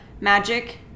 magic